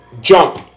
Jump